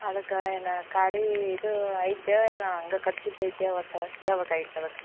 ಅದಕ್ಕೆ ಏನು ಖಾಲಿ ಇದು ಐತೋ ಏನೋ ಹಂಗೆ ಕಟ್ಸಿದ್ದು ಐತೋ ಒಟ್ಟು ಕೇಳ್ಬೇಕಾಗಿತ್ ಅದಕ್ಕೆ